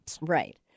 Right